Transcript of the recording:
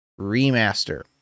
remaster